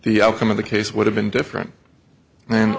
the outcome of the case would have been different and